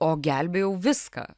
o gelbėjau viską